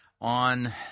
on